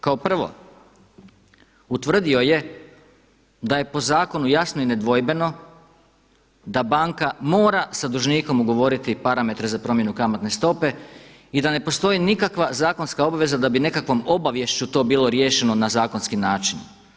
Kao prvo, utvrdio je da je po zakonu jasno i nedvojbeno da banka mora sa dužnikom ugovoriti parametre za promjenu kamatne stope i da ne postoji nikakva zakonska obaveza da bi nekakvom obaviješću to bilo riješeno na zakonski način.